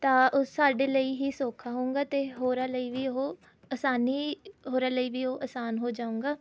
ਤਾਂ ਉਹ ਸਾਡੇ ਲਈ ਹੀ ਸੋਖਾ ਹੋਉਗਾ ਅਤੇ ਹੋਰਾਂ ਲਈ ਵੀ ਉਹ ਅਸਾਨੀ ਹੋਰਾਂ ਲਈ ਵੀ ਉਹ ਅਸਾਨ ਹੋ ਜਾਉਗਾ